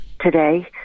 today